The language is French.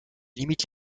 limite